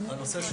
שלנו.